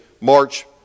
march